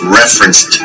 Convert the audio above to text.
referenced